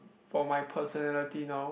for my personality now